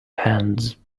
hands